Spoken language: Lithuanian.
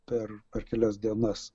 per per kelias dienas